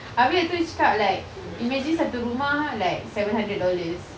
abeh nanti orang cakap like imagine satu rumah like seven hundred dollars